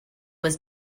was